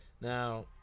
Now